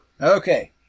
Okay